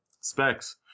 specs